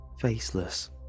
Faceless